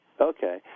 Okay